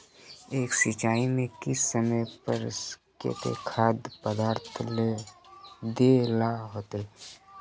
एक सिंचाई में किस समय पर केते खाद पदार्थ दे ला होते?